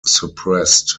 suppressed